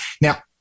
Now